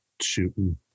shooting